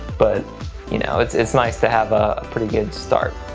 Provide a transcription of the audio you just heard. but you know it's it's nice to have a pretty good start.